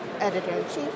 Editor-in-Chief